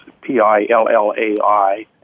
P-I-L-L-A-I